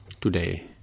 today